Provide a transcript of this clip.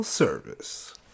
Service